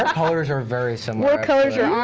ah colors are very similar. our colors are on